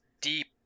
deep